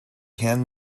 hand